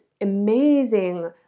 amazing